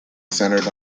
centered